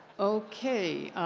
okay.